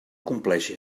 compleixi